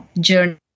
journey